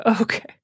Okay